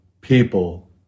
people